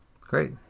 Great